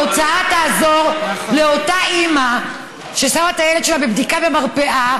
התוצאה תעזור לאותה אימא ששמה את הילד שלה בבדיקה במרפאה